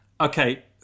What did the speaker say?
Okay